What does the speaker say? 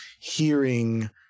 hearing